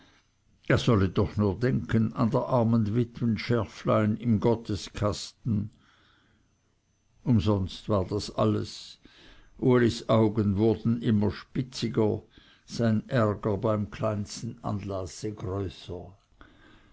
er solle doch nur denken an der armen witwen scherflein im gotteskasten umsonst war das alles ulis augen wurden immer spitziger sein ärger beim kleinsten anlasse größer